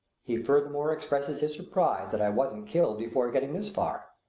he furthermore expresses his surprise that i wasn't killed before getting this far.